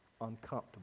uncomfortable